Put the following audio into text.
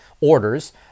orders